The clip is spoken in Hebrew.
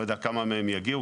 לא יודע כמה מהם יגיעו.